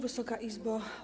Wysoka Izbo!